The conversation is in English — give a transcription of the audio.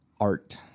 art